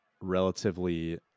relatively